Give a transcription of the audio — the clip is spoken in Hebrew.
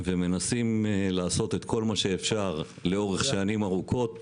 ומנסים לעשות את כל מה שאפשר לאורך שנים ארוכות,